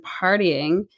partying